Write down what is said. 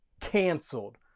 canceled